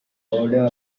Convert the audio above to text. border